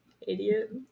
Idiot